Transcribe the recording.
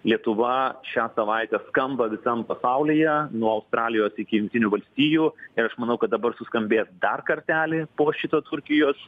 lietuva šią savaitę skamba visam pasaulyje nuo australijos iki jungtinių valstijų ir aš manau kad dabar suskambės dar kartelį po šito turkijos